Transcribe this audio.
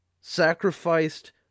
sacrificed